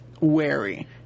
wary